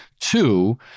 Two